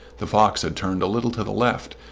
the fox had turned a little to the left,